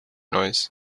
noise